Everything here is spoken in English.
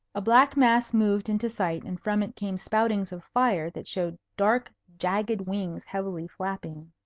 a black mass moved into sight, and from it came spoutings of fire that showed dark, jagged wings heavily flapping.